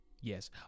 Yes